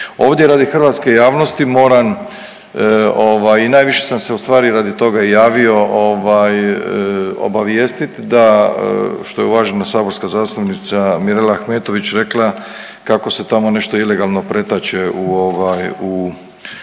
Ovdje radi hrvatske javnosti moram i najviše sam se u stvari radi toga i javio obavijestiti da što je uvažena saborska zastupnica Mirela Ahmetović rekla kako se tamo nešto ilegalno pretače iz broda,